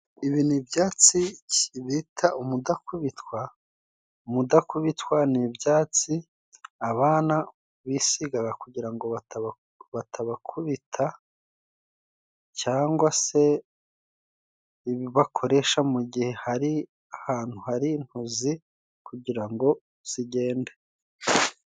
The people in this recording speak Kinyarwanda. Ibi ni ibyatsi bita umudakubitwa, mudakubitwa ni ibyatsi abana bisigaga kugira ngo batabakubita cyangwa se ibibakoresha mu gihe hari ahantu hari intozi kugirango zigende.